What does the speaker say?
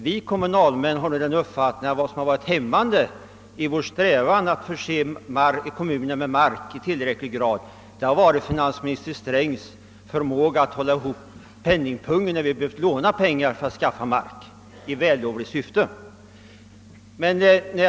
Vi kommunalmän är nog av den uppfattningen, att det som hämmat våra strävanden att förse kommunerna med mark i tillräcklig utsträckning har varit finansminister Strängs förmåga att hålla ihop penningpungen när vi behövt låna pengar för att i vällovligt syfte skaffa mark.